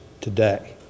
today